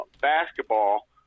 basketball